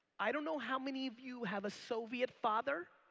i don't know how many of you have a soviet father